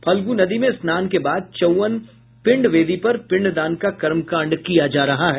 फल्गु नदी मे स्नान के बाद चौवन पिंडवेदी पर पिंडदान का कर्मकांड किया जा रहा है